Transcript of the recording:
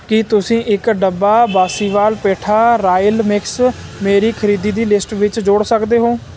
ਕੀ ਤੁਸੀਂ ਇੱਕ ਡੱਬਾ ਬਾਸੀਵਾਲ ਪੇਠਾ ਰਾਇਲ ਮਿਕਸ ਮੇਰੀ ਖਰੀਦੀਦੀ ਲਿਸਟ ਵਿੱਚ ਜੋੜ ਸਕਦੇ ਹੋ